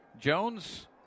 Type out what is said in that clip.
Jones